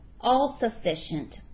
all-sufficient